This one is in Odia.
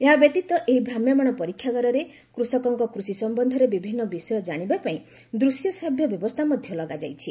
ଏହା ବ୍ୟତୀତ ଏହି ଭ୍ରାମ୍ୟମାଣ ପରୀକ୍ଷାଗାରରେ କୃଷକଙ୍କ କୃଷି ସମ୍ଭନ୍ଧରେ ବିଭିନ୍ନ ବିଷୟ ଜାଣିବା ପାଇଁ ଅଡିଓ ଭିଡ଼ିଓ ସିଷ୍ଟମ ମଧ୍ୟ ଲଗାଯାଇଛି